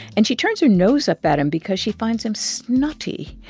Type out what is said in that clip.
and she turns her nose up at him because she finds him snotty.